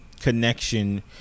connection